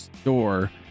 store